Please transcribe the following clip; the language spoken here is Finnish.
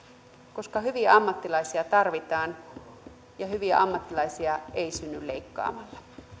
koska hyviä ammattilaisia tarvitaan ja hyviä ammattilaisia ei synny leikkaamalla